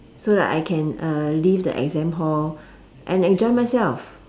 so that I can uh leave the exam hall and enjoy myself